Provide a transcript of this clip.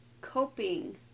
Coping